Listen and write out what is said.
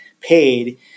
paid